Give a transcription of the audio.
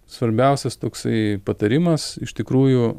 svarbiausias toksai patarimas iš tikrųjų